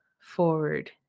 forward